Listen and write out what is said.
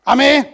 Amen